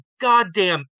goddamn